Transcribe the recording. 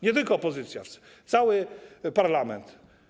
Nie tylko opozycja, cały parlament.